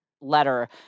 letter